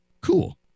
cool